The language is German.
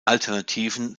alternativen